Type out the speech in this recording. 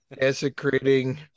desecrating